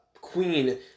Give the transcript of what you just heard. queen